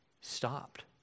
stopped